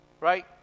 right